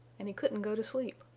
and he couldn't go to sleep.